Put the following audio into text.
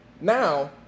Now